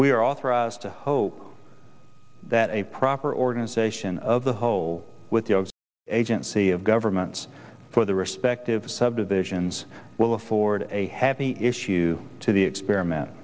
are authorized to hope that a proper organization of the whole with the agency of governments for their respective subdivisions will afford a happy issue to the experiment